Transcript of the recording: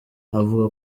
avuga